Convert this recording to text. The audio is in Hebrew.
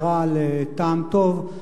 הערה לטעם טוב,